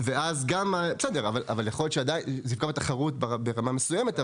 יכול להיות שזה יפגע בתחרות ברמה מסוימת,